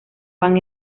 van